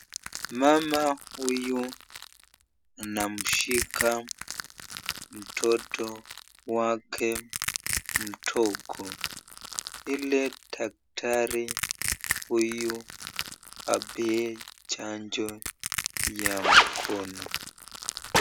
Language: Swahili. Mama huyu anamshika mtoto wake mdogo ili daktari huyu apee chanjo ya mkono.